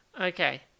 Okay